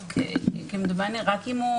רק אם הוא